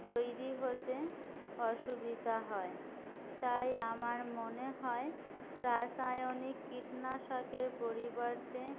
তৈরি হতে অসুবিধা হয় তাই আমার মনে হয় রাসায়নিক কীটনাশকের পরিবর্তে